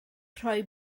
rhoi